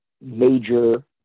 major